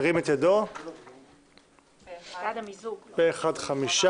הצבעה המיזוג אושר פה אחד 5,